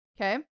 Okay